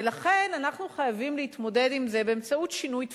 ולכן אנחנו חייבים להתמודד עם זה באמצעות שינוי תפיסתי.